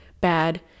bad